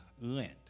Lent